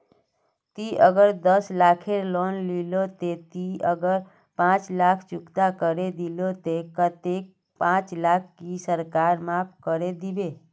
ती अगर दस लाख खेर लोन लिलो ते ती अगर पाँच लाख चुकता करे दिलो ते कतेक पाँच लाख की सरकार माप करे दिबे?